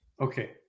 Okay